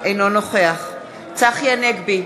אינו נוכח צחי הנגבי,